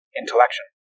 intellection